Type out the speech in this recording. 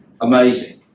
Amazing